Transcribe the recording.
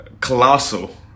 Colossal